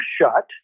shut